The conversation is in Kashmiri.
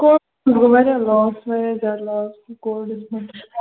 کو گوٚو واریاہ لاس واریاہ زیادٕ لاس کووِڑس منز